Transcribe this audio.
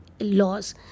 Laws